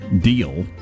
deal